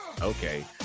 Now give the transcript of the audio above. okay